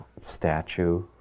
statue